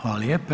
Hvala lijepa.